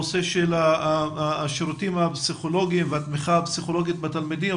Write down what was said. הנושא של השירותים הפסיכולוגיים והתמיכה הפסיכולוגית בתלמידים,